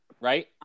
right